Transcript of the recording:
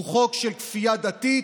הוא חוק של כפייה דתית,